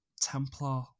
Templar